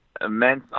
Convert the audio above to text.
immense